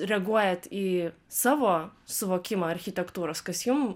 reaguojat į savo suvokimą architektūros kas jum